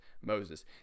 Moses